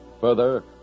Further